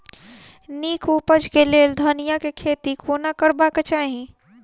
नीक उपज केँ लेल धनिया केँ खेती कोना करबाक चाहि?